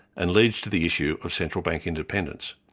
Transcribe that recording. and leads to the issue of central bank independence,